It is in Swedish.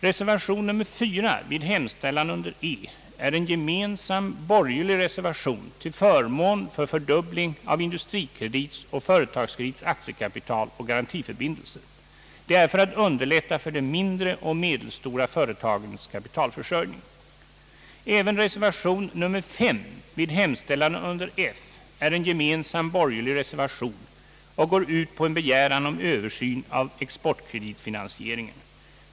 Reservation nr 4 vid utskottets hemställan under E är en gemensam borgerlig reservation till förmån för en fördubbling av Industrikredits och Företagskredits aktiekapital och garantiförbindelser. Det är för att underlätta de mindre och medelstora företagens kapitalförsörjning. Även reservation nr 5 vid F är en gemensam borgerlig reservation och går ut på en begäran om Översyn av exportkreditfinansieringen.